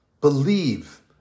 Believe